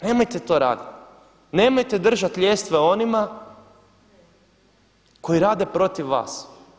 Nemojte to raditi, nemojte držati ljestve onima koji rade protiv vas.